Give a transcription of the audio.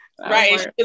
right